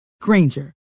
Granger